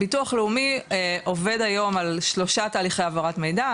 ביטוח לאומי עובד היום על שלושה תהליכי העברת מידע,